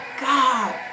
God